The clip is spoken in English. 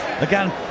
Again